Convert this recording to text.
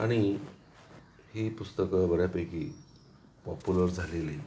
आणि ही पुस्तकं बऱ्यापैकी पॉप्युलर झालेली